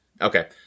Okay